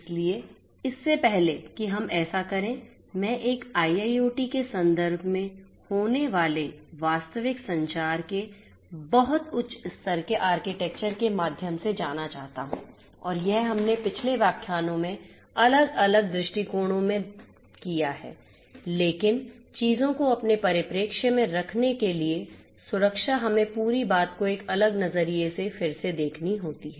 इसलिए इससे पहले कि हम ऐसा करें मैं एक IIoT के सन्दर्भ में होने वाले वास्तविक संचार के बहुत उच्च स्तर के आर्किटेक्चर के माध्यम से जाना चाहता हूं और यह हमने पिछले व्याख्यानों में अलग अलग दृष्टिकोणों में किया है लेकिन चीजों को अपने परिप्रेक्ष्य में रखने के लिए सुरक्षा हमें पूरी बात को एक अलग नज़रिये से फिर से देखनी होती है